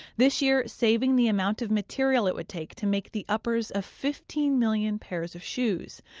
this year saving the amount of material it would take to make the uppers of fifteen million pairs of shoes.